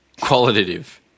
Qualitative